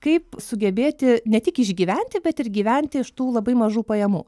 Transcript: kaip sugebėti ne tik išgyventi bet ir gyventi iš tų labai mažų pajamų